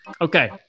Okay